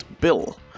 Bill